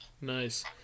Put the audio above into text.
Nice